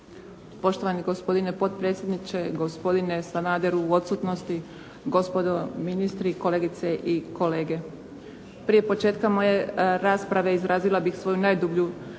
poštovani gospodine potpredsjedniče, gospodine Sanaderu u odsutnosti, gospodo ministri, kolegice i kolege. Prije početka moje rasprave izrazila bih svoju najdublje